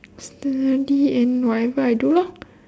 study and whatever I do lor